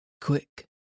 Quick